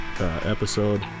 episode